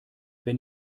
wenn